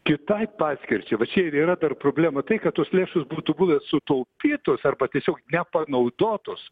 kitai paskirčiai va čia ir yra dar problema tai kad tos lėšos būtų buvę sutaupytos arba tiesiog nepanaudotos